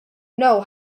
know